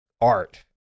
art